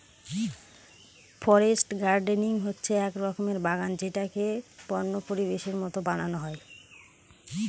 forest gardening হচ্ছে এক রকমের বাগান যেটাকে বন্য পরিবেশের মতো বানানো হয়